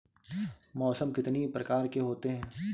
मौसम कितनी प्रकार के होते हैं?